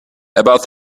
about